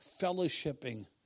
fellowshipping